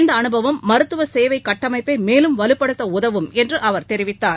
இந்த அனுபவம் மருத்துவ சேவைக் கட்டமைப்பை மேலும் வலுப்படுத்த உதவும் என்று அவர் தெரிவித்தார்